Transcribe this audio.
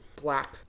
black